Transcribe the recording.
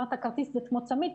זה כמו צמיד,